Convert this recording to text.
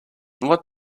what